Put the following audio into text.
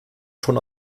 schon